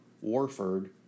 Warford